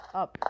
up